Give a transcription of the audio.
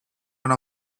one